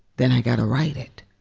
then i got to write it.